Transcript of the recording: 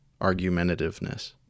argumentativeness